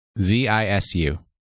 Z-I-S-U